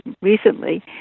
recently